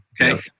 okay